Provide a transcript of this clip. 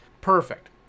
Perfect